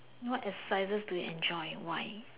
what exercises do you enjoy why